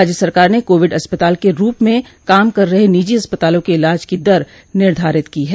राज्य सरकार ने कोविड अस्पताल के रूप में काम कर रहे निजी अस्पतालों के इलाज की दर निर्धारित की है